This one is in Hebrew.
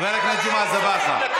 חבר הכנסת ג'מעה אזברגה.